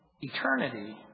eternity